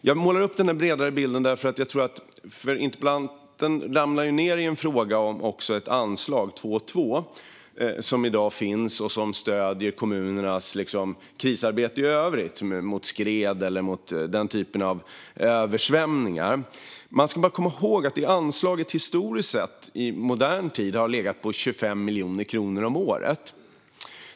Jag målar upp den bredare bilden därför att interpellanten talar om anslaget 2:2, som i dag finns och som stöder kommunernas krisarbete i övrigt mot skred eller översvämningar. Man ska komma ihåg att anslaget i modern tid historiskt sett har legat på 25 miljoner kronor om året.